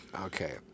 Okay